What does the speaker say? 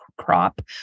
Crop